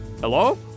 Hello